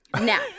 Now